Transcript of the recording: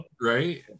right